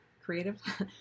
creative